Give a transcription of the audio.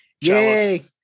Yay